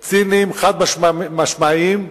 ציניים, חד-משמעיים.